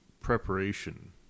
preparation